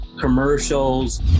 commercials